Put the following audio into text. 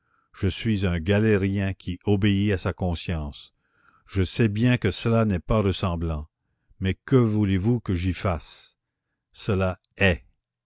je suis un galérien qui obéit à sa conscience je sais bien que cela n'est pas ressemblant mais que voulez-vous que j'y fasse cela est